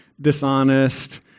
dishonest